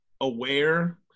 aware